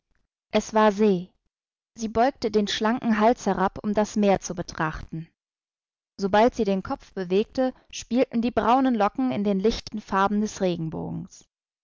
es war se sie beugte den schlanken hals herab um das meer zu betrachten sobald sie den kopf bewegte spielten die braunen locken in den lichten farben des regenbogens